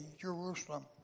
Jerusalem